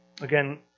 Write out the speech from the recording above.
Again